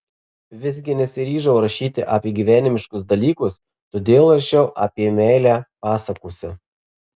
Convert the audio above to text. visgi nesiryžau rašyti apie gyvenimiškus dalykus todėl rašiau apie meilę pasakose